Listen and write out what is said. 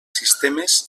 sistemes